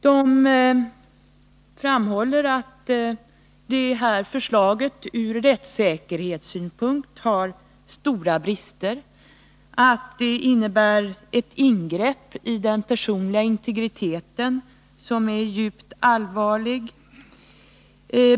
De framhåller att detta förslag ur rättssäkerhetssynpunkt har stora brister och att det innebär ett ingrepp i den personliga integriteten som är djupt allvarligt.